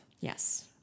Yes